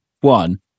one